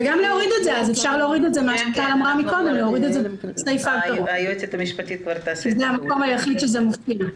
אז אפשר להוריד את זה מסעיף ההגדרות כי כאן המקום היחיד שזה מופיע.